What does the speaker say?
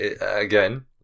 Again